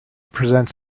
presents